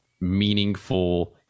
meaningful